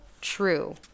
true